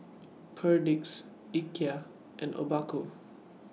Perdix Ikea and Obaku